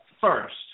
First